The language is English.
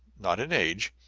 not in age,